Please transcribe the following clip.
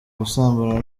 gusambana